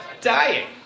dying